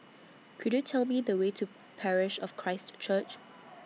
Could YOU Tell Me The Way to Parish of Christ Church